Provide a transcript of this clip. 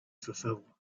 fulfill